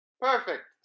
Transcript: Perfect